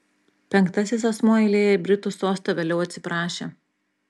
penktasis asmuo eilėje į britų sostą vėliau atsiprašė